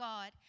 God